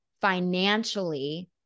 financially